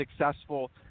successful